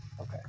Okay